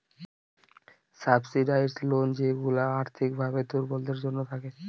subsidised loan যেইগুলা আর্থিক ভাবে দুর্বলদের জন্য থাকে